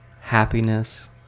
happiness